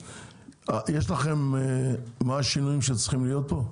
יש לכם מה השינויים שצריכים להיות פה?